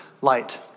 light